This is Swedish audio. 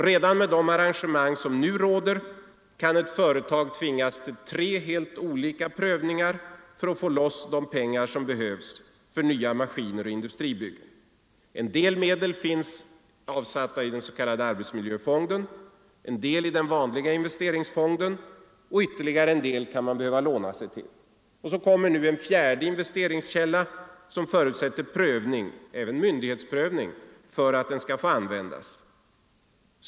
Redan med de arrangemang som nu råder kan ett företag tvingas till tre helt olika prövningar för att få loss de pengar som behövs för nya maskiner och industribyggen: en del medel finns avsatta i den s.k. arbetsmiljöfonden, en del i den vanliga investeringsfonden och ytterligare en del kan man behöva låna sig till. Nu kommer en fjärde investeringskälla som förutsätter prövning — även en myndighetsprövning — för att den skall få användas.